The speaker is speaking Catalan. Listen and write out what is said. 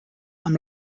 amb